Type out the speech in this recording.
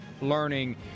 learning